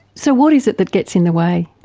so what is it that gets in the way?